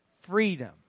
freedom